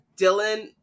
Dylan